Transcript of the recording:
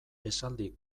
esaldi